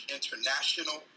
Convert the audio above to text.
International